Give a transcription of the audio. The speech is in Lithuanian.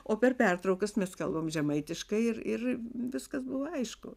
o per pertraukas mes kalbam žemaitiškai ir ir viskas buvo aišku